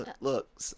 Look